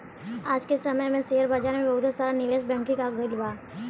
आज के समय में शेयर बाजार में बहुते सारा निवेश बैंकिंग आ गइल बा